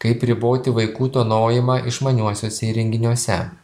kaip riboti vaikų tūnojimą išmaniuosiuose įrenginiuose